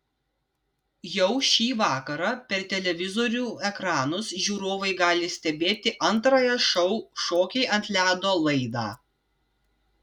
jau šį vakarą per televizorių ekranus žiūrovai gali stebėti antrąją šou šokiai ant ledo laidą